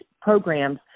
programs